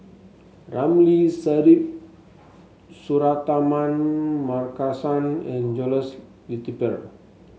Ramli Sarip Suratman Markasan and Jules Itier